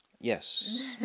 Yes